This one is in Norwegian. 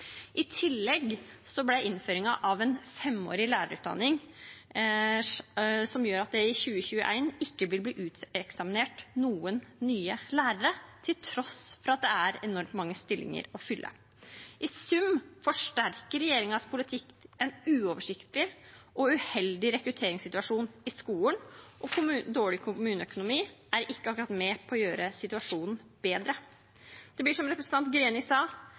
I tillegg kom innføringen av en femårig lærerutdanning, som gjør at det i 2021 ikke vil bli uteksaminert noen nye lærere til tross for at det er enormt mange stillinger å fylle. I sum forsterker regjeringens politikk en uoversiktlig og uheldig rekrutteringssituasjon i skolen, og dårlig kommuneøkonomi er ikke akkurat med på å gjøre situasjonen bedre. Det blir som representanten Greni sa,